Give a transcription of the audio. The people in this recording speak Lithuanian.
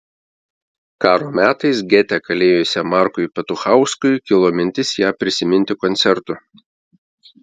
karo metais gete kalėjusiam markui petuchauskui kilo mintis ją prisiminti koncertu